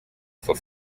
for